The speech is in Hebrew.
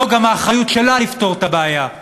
זו גם האחריות שלה לפתור את הבעיה.